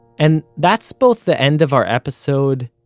and, that's both the end of our episode,